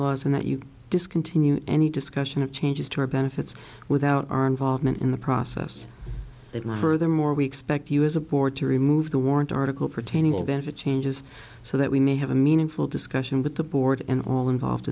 bylaws and that you discontinue any discussion of changes to our benefits without our involvement in the process that my furthermore we expect you as a board to remove the warrant article pertaining or benefit changes so that we may have a meaningful discussion with the board and all involved